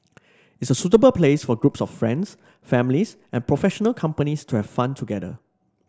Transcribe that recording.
it's a suitable place for groups of friends families and professional companies to have fun together